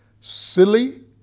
silly